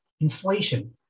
Inflation